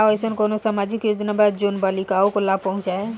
का अइसन कोनो सामाजिक योजना बा जोन बालिकाओं को लाभ पहुँचाए?